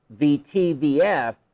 VTVF